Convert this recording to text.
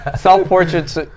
Self-Portraits